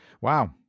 Wow